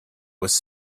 was